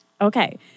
Okay